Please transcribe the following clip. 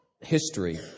history